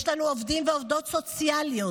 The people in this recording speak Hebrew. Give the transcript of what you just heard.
יש לנו עובדים ועובדות סוציאליות,